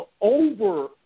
over